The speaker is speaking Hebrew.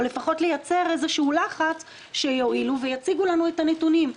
או לפחות לייצר איזה שהוא לחץ שיואילו ויציגו לנו את הנתונים.